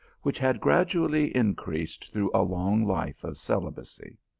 which had gradually increased through a long life of celibacy.